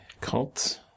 cult